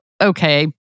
okay